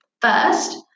First